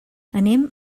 anem